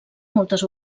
moltes